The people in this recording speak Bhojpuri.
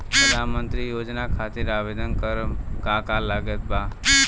प्रधानमंत्री योजना खातिर आवेदन करम का का लागत बा?